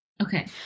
Okay